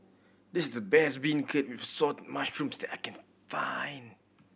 this is the best beancurd with Assorted Mushrooms that I can find